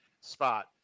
spot